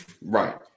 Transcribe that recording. Right